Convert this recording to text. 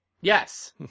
Yes